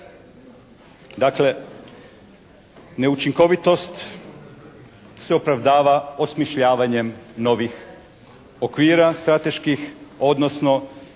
Dakle neučinkovitost se opravdava osmišljavanjem novih okvira strateških, odnosno